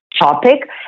topic